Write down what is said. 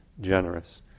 generous